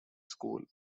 school